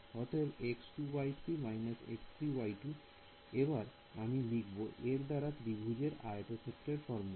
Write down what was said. অতএব x2y3 − x3y2 এবার আমি লিখব এর দ্বারা ত্রিভুজের আয়তক্ষেত্রের ফর্মুলা